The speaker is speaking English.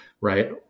right